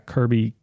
Kirby